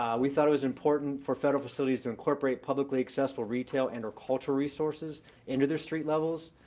we thought it was important for federal facilities to incorporate publicly accessible retail and or cultural resources into their street levels.